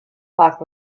clock